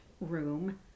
room